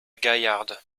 gaillarde